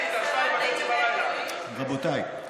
כבר 02:30. רבותיי,